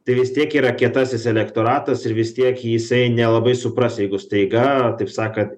tai vistiek yra kietasis elektoratas ir vis tiek jisai nelabai supras jeigu staiga taip sakant